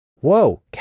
Whoa